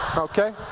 okay?